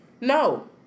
No